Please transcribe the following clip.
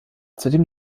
zudem